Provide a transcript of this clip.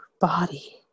body